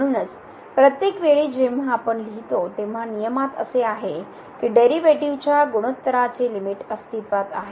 म्हणूनच प्रत्येक वेळी जेव्हा आपण लिहितो तेव्हा नियमात असे आहे की डेरीवेटीवच्या गुणोत्तराचे लिमिट अस्तित्वात आहे